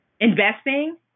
investing